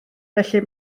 felly